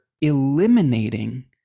eliminating